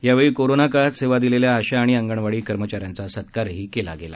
यावेळी कोरोना काळात सेवा दिलेल्या आशा आणि अंगणवाडी कर्मचाऱ्यांचा सत्कारही केला गेला